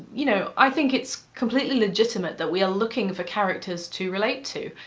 you know, i think it's completely legitimate that we are looking for characters to relate to,